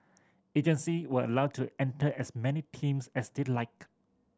agency were allowed to enter as many teams as they liked